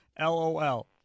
LOL